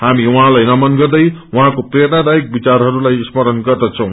हामी उहाँलाई नमन गर्दै उहाँको प्रेरणादययक विचारहस्लाई स्मरण गर्दछै